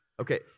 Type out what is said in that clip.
Okay